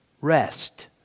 rest